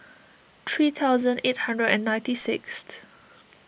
three thousand eight hundred and ninety sixth